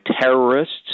terrorists